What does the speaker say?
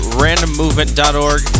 randommovement.org